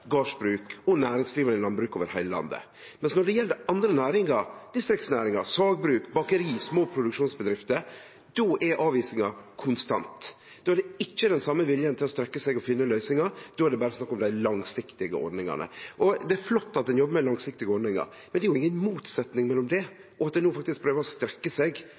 gardsbruk og næringsdrivande i landbruket over heile landet. Men når det gjeld andre næringar – distriktsnæringar som sagbruk, bakeri, små produksjonsbedrifter – er avvisinga konstant. Då er det ikkje den same viljen til å strekkje seg og finne løysingar. Då er det berre snakk om dei langsiktige ordningane. Det er flott at ein jobbar med langsiktige ordningar, men det er jo ingen motsetning mellom det og at ein no prøver å strekkje seg